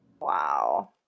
Wow